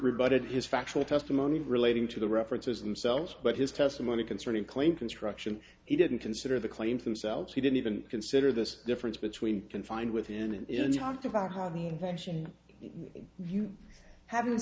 rebutted his factual testimony relating to the references themselves but his testimony concerning claim construction he didn't consider the claims themselves he didn't even consider this difference between confined within an inch talked about how the invention you ha